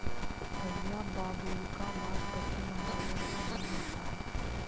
भईया बाबुल्का बास पश्चिम बंगाल और असम में मिलता है